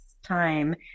time